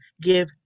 give